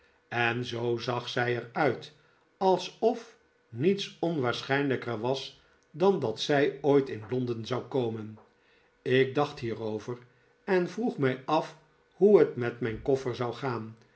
en zoo zag zij er uit alsof niets onwaarschijnlijker was dan dat zij ooit in londeii zou komen ik dacht hierover en vroeg mij af hoe het met mijn koffer zou gaan